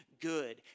good